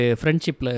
friendship